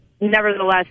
nevertheless